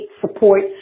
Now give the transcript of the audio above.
support